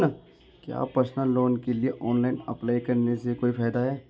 क्या personal loan के लिए ऑनलाइन अप्लाई करने से कोई फायदा है?